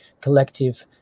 collective